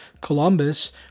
Columbus